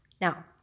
Now